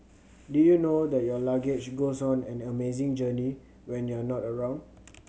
did you know that your luggage goes on an amazing journey when you're not around